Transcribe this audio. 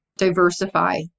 diversify